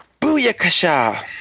Booyakasha